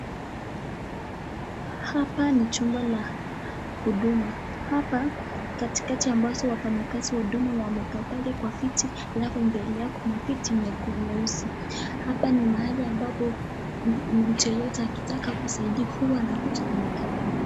Hapa ni chumba la huduma. Hapa katika ambazo wafanyikazi wa Huduma wamekaa pale kwa kiti halafu mbele yao kuna viti nyeusi. Hapa ni mahali ambapo mtu yeyote akitaka usaidizi huwa anakuja anakaa pale.